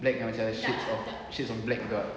black macam shades of shades of black gitu ah